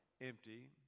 empty